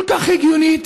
כל כך הגיונית,